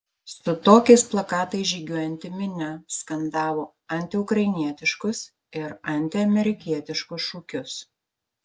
su tokiais plakatais žygiuojanti minia skandavo antiukrainietiškus ir antiamerikietiškus šūkius